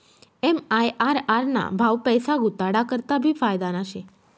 MIRR ना भाव पैसा गुताडा करता भी फायदाना शे